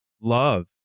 love